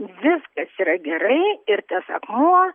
viskas yra gerai ir tas akmuo